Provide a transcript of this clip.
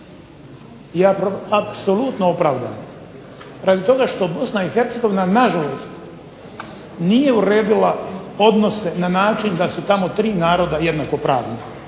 je apsolutno opravdana, radi toga što BiH nažalost nije uredila odnose na način da su tamo tri naroda jednakopravna.